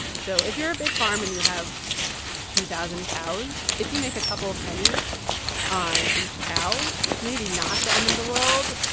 so if you're a big farm and you have two thousand cows, if you make a couple of pennies on each cow, it's maybe not the end of the world.